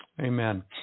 Amen